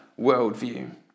worldview